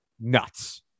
nuts